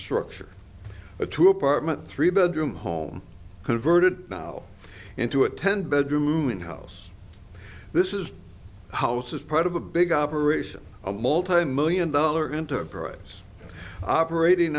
structure a two apartment three bedroom home converted now into a ten bedroom house this is house as part of a big operation a multimillion dollar enterprise operating